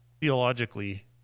theologically